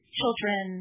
children